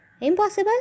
Impossible